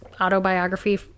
autobiography